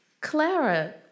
Clara